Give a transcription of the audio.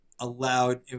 allowed